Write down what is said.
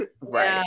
Right